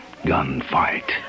gunfight